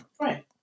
right